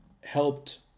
helped